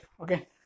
okay